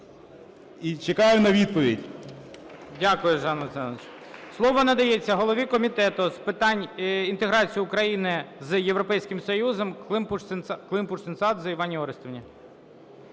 І чекаю на відповідь. ГОЛОВУЮЧИЙ. Дякую, Жан Венсанович. Слово надається голові Комітету з питань інтеграції України з Європейським Союзом Климпуш-Цинцадзе Іванні Орестівні.